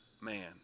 man